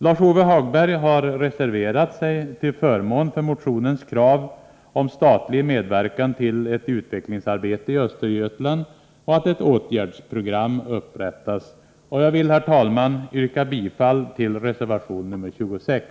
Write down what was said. Lars-Ove Hagberg har reserverat sig till förmån för motionens krav på statlig medverkan till ett utvecklingsarbete i Östergötland och att ett åtgärdsprogram upprättas. Jag vill, herr talman, yrka bifall till reservation nr 26.